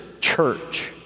church